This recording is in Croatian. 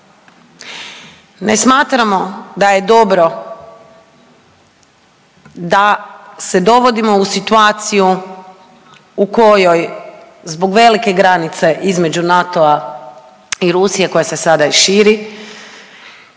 Ne smatramo da je dobro da se dovodimo u situaciju u kojoj zbog velike granice između NATO-a i Rusije koja se sada i širi